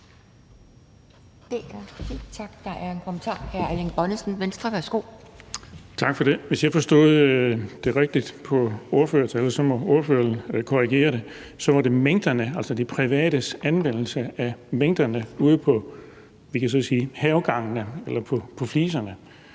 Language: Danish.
Hvis jeg forstod ordførertalen rigtigt – ellers må ordføreren korrigere det – så var det mængderne, altså mængderne i de privates anvendelse ude på havegangene eller på fliserne.